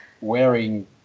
wearing